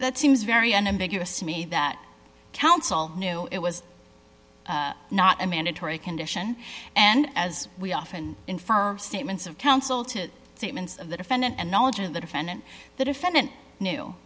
that seems very unambiguous to me that counsel knew it was not a mandatory condition and as we often infer statements of counsel to statements of the defendant and knowledge of the defendant the defendant knew